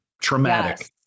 traumatic